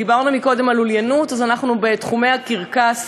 דיברנו קודם על לוליינות, אז, אנחנו בתחומי הקרקס,